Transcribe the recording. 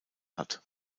hat